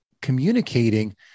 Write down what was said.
communicating